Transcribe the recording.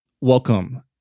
Welcome